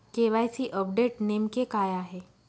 KYC update नेमके काय आहे?